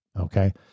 Okay